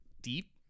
deep